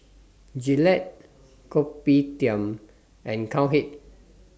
Gillette Kopitiam and Cowhead